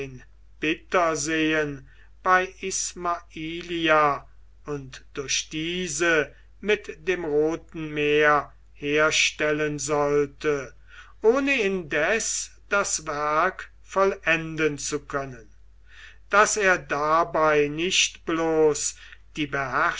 bitterseen bei ismailia und durch diese mit dem roten meer herstellen sollte ohne indes das werk vollenden zu können daß er dabei nicht bloß die